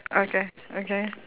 okay okay